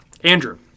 Andrew